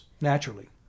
naturally